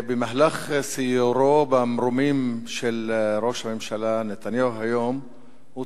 במהלך סיורו במרומים של ראש הממשלה נתניהו היום הוא